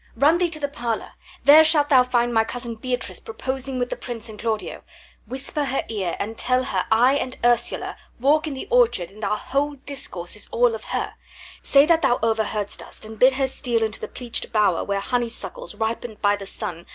run thee to the parlour there shalt thou find my cousin beatrice proposing with the prince and claudio whisper her ear, and tell her, i and ursala walk in the orchard, and our whole discourse is all of her say that thou overheard'st us, and bid her steal into the pleached bower, where honey-suckles, ripen'd by the sun,